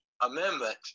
amendment